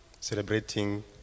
celebrating